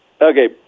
Okay